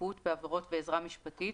שיפוט בעבירות ועזרה משפטית),